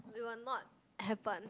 we will not happen